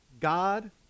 God